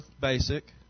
basic